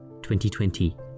2020